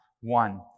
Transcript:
one